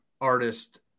artist